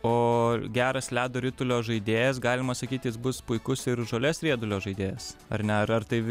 o geras ledo ritulio žaidėjas galima sakyt jis bus puikus ir žolės riedulio žaidėjas ar ne ar ar tai